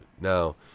now